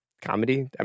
comedy